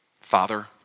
Father